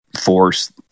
force